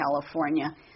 California